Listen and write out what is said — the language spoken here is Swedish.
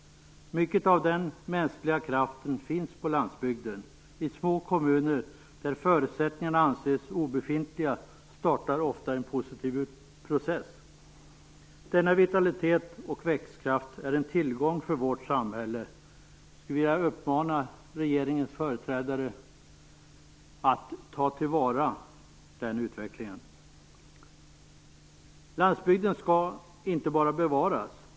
Mycket av den mänskliga kraften finns på landsbygden. I små kommuner där förutsättningarna anses obefintliga startar ofta en positiv process. Denna vitalitet och växtkraft är en tillgång för vårt samhälle. Jag skulle vilja uppmana regeringens företrädare att ta till vara den utvecklingen. Landsbygden skall inte bara bevaras.